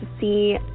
see